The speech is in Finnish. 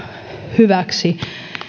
hyväksi